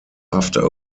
after